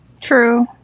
True